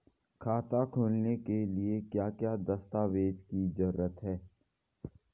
खाता खोलने के लिए क्या क्या दस्तावेज़ की जरूरत है?